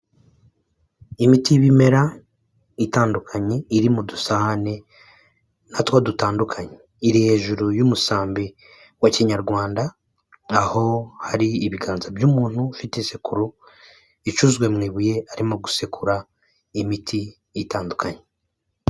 Imiti y’ibimera itandukanye iri mu dusahane natwo dutandukanye iri hejuru y'umusambi wa kinyarwanda aho hari ibiganza by'umuntu ufite isekuru icuzwe mu ibuye arimo gusekura imiti itandukanye.